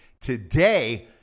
today